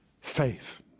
Faith